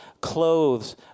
clothes